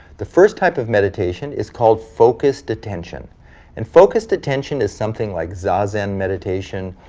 the first type of meditation is called focused attention and focused attention is something like zazen meditation,